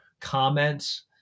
comments